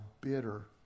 bitter